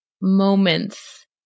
moments